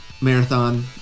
Marathon